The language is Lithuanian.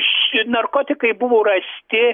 ši narkotikai buvo rasti